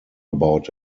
about